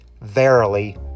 verily